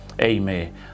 Amen